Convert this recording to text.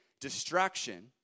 distraction